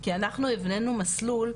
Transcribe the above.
כי אנחנו הבננו מסלול,